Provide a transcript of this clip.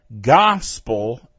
Gospel